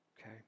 okay